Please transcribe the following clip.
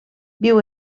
viu